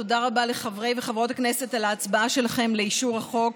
תודה רבה לחברי וחברות הכנסת על ההצבעה שלכם לאישור החוק.